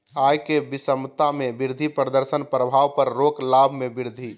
आय के विषमता में वृद्धि प्रदर्शन प्रभाव पर रोक लाभ में वृद्धि